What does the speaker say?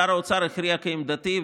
שר האוצר הכריע כעמדתי,